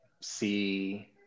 see